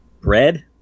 bread